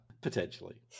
Potentially